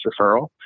referral